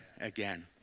again